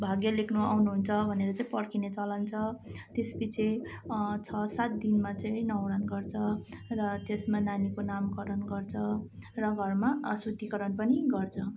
भाग्य लेख्नु आउनुहुन्छ भनेर चाहिँ पर्खिने चलन छ त्यसपछि छ सात दिनमा चाहिँ न्वारन गर्छ र त्यसमा नानीको नामकरण गर्छ र घरमा अशुद्धिकरण पनि गर्छ